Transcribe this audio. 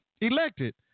elected